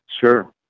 Sure